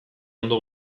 ondo